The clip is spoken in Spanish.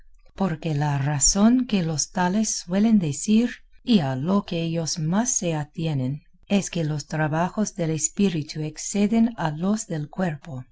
porque la razón que los tales suelen decir y a lo que ellos más se atienen es que los trabajos del espíritu exceden a los del cuerpo